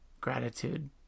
gratitude